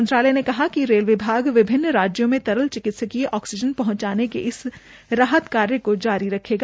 मंत्रालय ने कहा कि रेल विभाग विभिन्न राज्यों में तरल चिकित्कीय ऑक्सीजन पहंचाने के इस राहत कार्य की जारी रहेगा